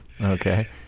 Okay